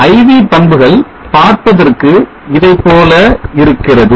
I V பண்புகள் பார்ப்பதற்கு இதைப்போல இருக்கிறது